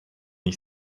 ich